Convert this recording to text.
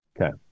Okay